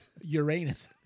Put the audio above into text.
Uranus